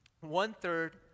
one-third